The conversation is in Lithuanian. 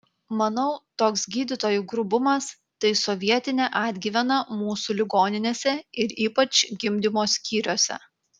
manau toks gydytojų grubumas tai sovietinė atgyvena mūsų ligoninėse ir ypač gimdymo skyriuose